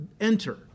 enter